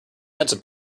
handsome